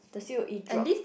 the c_o_e drop